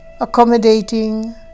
accommodating